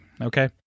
Okay